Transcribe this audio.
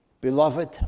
Beloved